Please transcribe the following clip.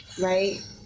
right